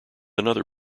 another